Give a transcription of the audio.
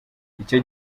icyo